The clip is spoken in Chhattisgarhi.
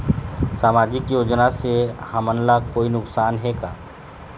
सामाजिक योजना से हमन ला कोई नुकसान हे का?